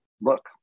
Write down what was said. look